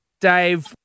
dave